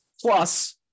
Plus